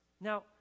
Now